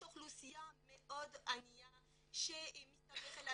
יש אוכלוסייה מאוד ענייה שמסתמכת על